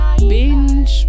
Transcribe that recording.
binge